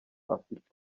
afite